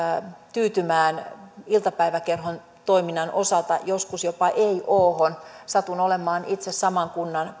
tyytymään iltapäiväkerhon toiminnan osalta joskus jopa eioohon satun itse olemaan saman kunnan